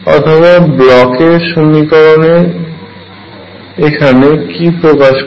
অথবা ব্লকের সমীকরণ এখানে কি প্রকাশ করে